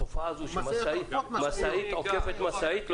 התופעה הזאת של משאית שעוקפת משאית,